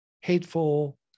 hateful